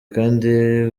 kandi